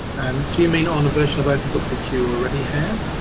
um do you mean on a version of openbook that you already have?